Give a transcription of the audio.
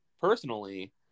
personally